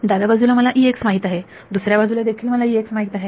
डाव्या बाजूला मला माहित आहे दुसऱ्या बाजूला देखील मला माहित आहे